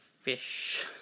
fish